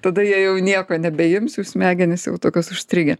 tada jie jau nieko nebeims jų smegenys jau tokios užstrigę